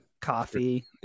coffee